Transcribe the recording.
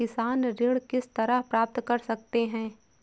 किसान ऋण किस तरह प्राप्त कर सकते हैं?